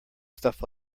stuff